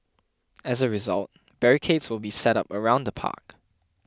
as a result barricades will be set up around the park